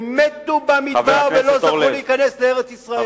הם מתו במדבר ולא זכו להיכנס לארץ-ישראל.